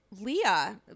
Leah